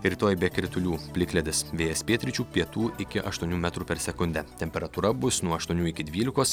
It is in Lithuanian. rytoj be kritulių plikledis vėjas pietryčių pietų iki aštuonių metrų per sekundę temperatūra bus nuo aštuonių iki dvylikos